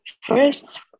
first